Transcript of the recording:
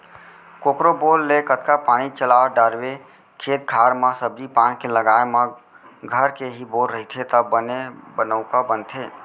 कोकरो बोर ले कतका पानी चला डारवे खेत खार म सब्जी पान के लगाए म घर के ही बोर रहिथे त बने बनउका बनथे